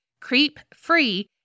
CreepFree